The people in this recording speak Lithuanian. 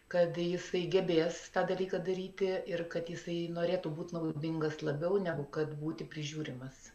kad jisai gebės tą dalyką daryti ir kad jisai norėtų būti naudingas labiau negu kad būti prižiūrimas